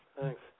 Thanks